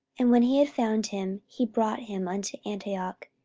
and when he had found him, he brought him unto antioch.